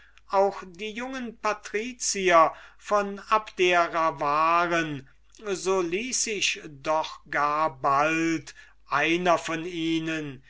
auch um die jungen patricier und damoiseaux von abdera war so ließ sich doch gar bald einer von ihnen